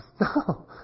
No